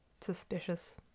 Suspicious